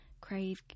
crave